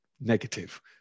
negative